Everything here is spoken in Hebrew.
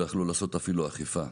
לא יכלו לעשות אפילו אכיפה.